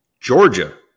Georgia